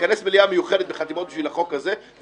לכנס מליאה מיוחדת בחתימות בשביל החוק הזה,